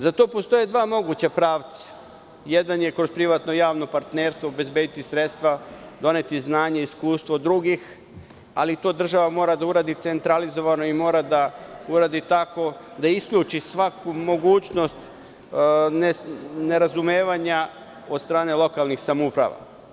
Za to postoje dva moguća pravca – jedan je kroz privatno-javno partnerstvo obezbediti sredstva, doneti znanje, iskustvo drugih, ali to država mora da uradi centralizovano i mora da uradi tako da isključi svaku mogućnost nerazumevanja od strane lokalnih samouprava.